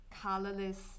colorless